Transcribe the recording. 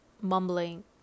mumbling